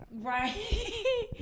right